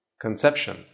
conception